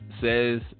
says